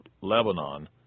Lebanon